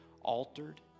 altered